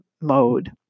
mode